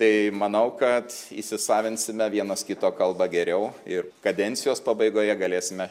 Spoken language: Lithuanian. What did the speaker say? tai manau kad įsisavinsime vienas kito kalbą geriau ir kadencijos pabaigoje galėsime